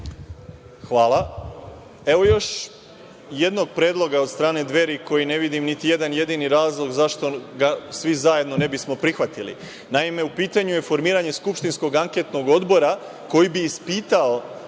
Hvala. Evo još jednog predloga od strane Dveri koji ne vidim niti jedan jedini razlog zašto ga svi zajedno ne bismo prihvatili. Naime, u pitanju je formiranje skupštinskog anketnog odbora koji bi ispitao